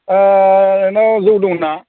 अ नै जौ दंना